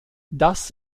das